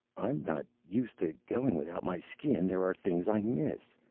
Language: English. i'm not used to going without my skin. there are things i miss.